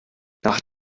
nach